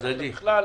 אלא בכלל.